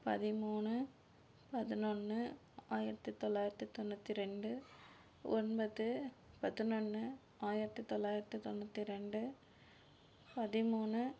பதிமூணு பதினொன்னு ஆயிரத்தி தொள்ளாயிரத்தி தொண்ணூற்றி ரெண்டு ஒன்பது பதினொன்னு ஆயிரத்தி தொள்ளாயிரத்தி தொண்ணூற்றி ரெண்டு பதின்மூணு